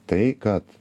tai kad